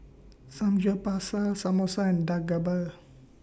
Samgyeopsal Samosa and Dak